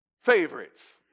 favorites